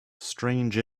strange